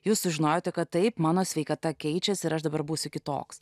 jūs sužinojote kad taip mano sveikata keičiasi ir aš dabar būsiu kitoks